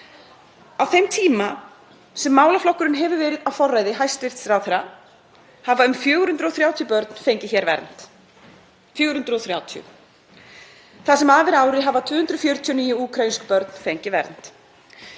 Á þeim tíma sem málaflokkurinn hefur verið á forræði hæstv. ráðherra hafa um 430 börn fengið hér vernd. Það sem af er ári hafa 249 úkraínsk börn fengið vernd.